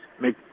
make